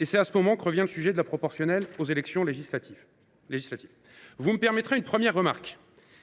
et c’est dans ce moment que revient le sujet de la proportionnelle aux élections législatives. Vous me permettrez une première remarque